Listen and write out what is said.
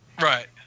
Right